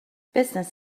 business